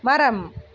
மரம்